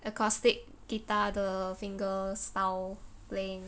acoustic guitar the finger style playing